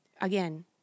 again